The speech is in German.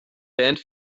band